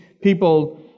people